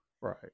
Right